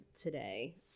today